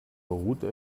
route